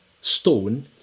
stone